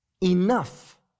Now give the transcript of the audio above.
enough